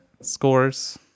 scores